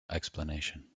explanation